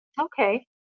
okay